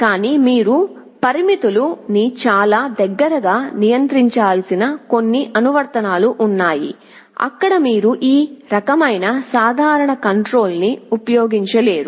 కానీ మీరు పరిమితులు ని చాలా దగ్గరగా నియంత్రించాల్సిన కొన్ని అనువర్తనాలు ఉన్నాయి అక్కడ మీరు ఈ రకమైన సాధారణ కంట్రోల్ ని ఉపయోగించలేరు